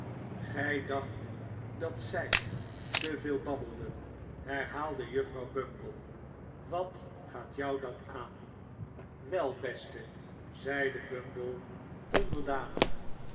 gij dacht dat zij te veel babbelden herhaalde juffrouw bumble wat gaat jou dat aan wel beste zeide bumble onderdanig